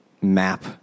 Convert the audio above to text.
map